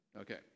Okay